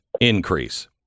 increase